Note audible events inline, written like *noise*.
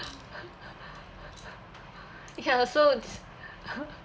*laughs* *breath* you can also *laughs*